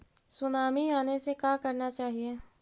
Tsunami आने से का करना चाहिए?